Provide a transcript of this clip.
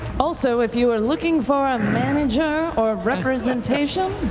also, if you are looking for a manager or representation